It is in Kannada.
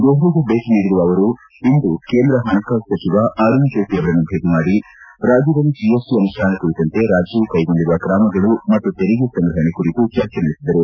ದೆಹಲಿಗೆ ಭೇಟಿ ನೀಡಿರುವ ಅವರು ಇಂದು ಕೇಂದ್ರ ಹಣಕಾಸು ಸಚಿವ ಅರುಣ್ ಜೇಟ್ಲಿ ಅವರನ್ನು ಭೇಟಿ ಮಾಡಿ ರಾಜ್ಯದಲ್ಲಿ ಜಿಎಸ್ಟಿ ಅನುಷ್ಠಾನ ಕುರಿತಂತೆ ರಾಜ್ಯವು ಕೈಗೊಂಡಿರುವ ಕ್ರಮಗಳು ಮತ್ತು ತೆರಿಗೆ ಸಂಗ್ರಹಣೆ ಕುರಿತು ಚರ್ಚೆ ನಡೆಸಿದರು